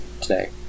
today